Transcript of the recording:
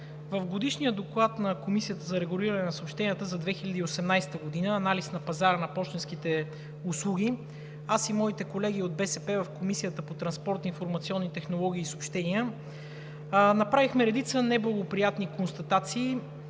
В Годишния доклад на Комисията за регулиране на съобщенията за 2018 г. – „Анализ на пазара на пощенските услуги“, аз и моите колеги от БСП в Комисията по транспорт, информационни технологии и съобщения направихме редица неблагоприятни констатации